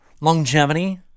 Longevity